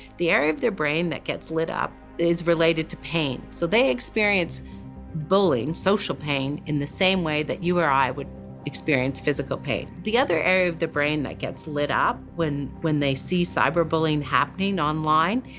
the area of their brain that gets lit up is related to pain. so they experience bullying, social pain, in the same way that you or i would experience physical pain. the other area of the brain that gets lit up when when they see cyberbullying happening online,